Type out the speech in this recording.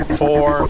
four